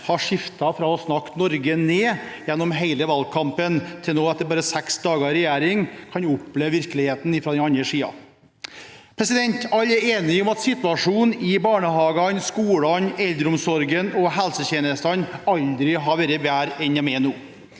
har skiftet fra å snakke Norge ned gjennom hele valgkampen til at de nå etter bare seks dager i regjering kan oppleve virkeligheten fra den andre siden. Alle er enige om at situasjonen i barnehagene, skolene, eldreomsorgen og helsetjenestene aldri har vært bedre enn den er nå.